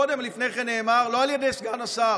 אבל במשפט קודם לכן נאמר, לא על ידי סגן השר,